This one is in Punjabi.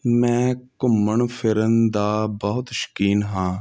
ਮੈਂ ਘੁੰਮਣ ਫਿਰਨ ਦਾ ਬਹੁਤ ਸ਼ੌਕੀਨ ਹਾਂ